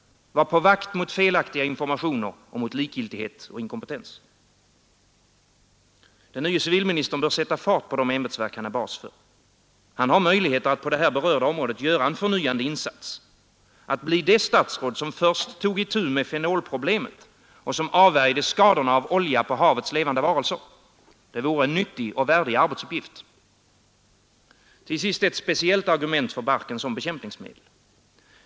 Var på vakt mot felaktiga informationer och mot likgiltighet och inkompetens. Den nye civilministern bör sätta fart på de ämbetsverk han är bas för. Han har möjligheter att på det här berörda området göra en förnyande insats. Att bli det statsråd som först tog itu med fenolproblemet och som avvärjde skadorna av olja på havets levande varelser — det vore en nyttig och värdig arbetsuppgift. Till sist ett speciellt argument för barken som bekämpningsmedel.